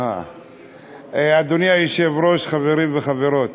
בסדר.) אדוני היושב-ראש, חברים וחברות,